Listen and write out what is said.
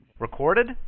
Recorded